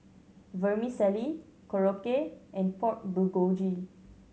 Vermicelli Korokke and Pork Bulgogi